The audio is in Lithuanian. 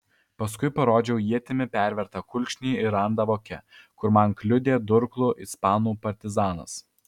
paskui parodžiau ietimi pervertą kulkšnį ir randą voke kur man kliudė durklu ispanų partizanas